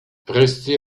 restez